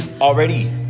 already